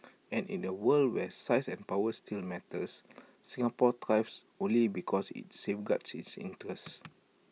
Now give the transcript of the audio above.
and in A world where size and power still matters Singapore thrives only because IT safeguards its interests